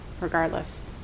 regardless